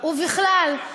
ובכלל,